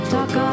Talk